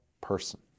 person